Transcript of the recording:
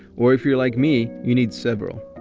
or if you're like me, you need several.